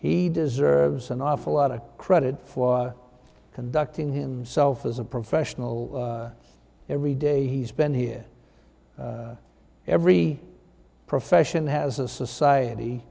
he deserves an awful lot of credit for conducting himself as a professional every day he's been here every profession has a society